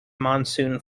monsoon